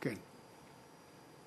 התשע"ד 2014, נתקבל.